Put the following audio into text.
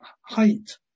height